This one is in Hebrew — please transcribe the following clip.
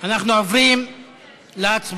אנחנו עוברים להצבעות.